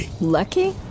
lucky